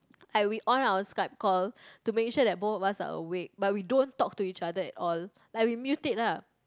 I we on our Skype call to make sure that both of us are awake but we don't talk to each other at all like we muted lah